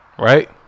Right